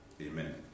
Amen